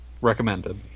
recommended